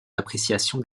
d’appréciation